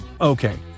Okay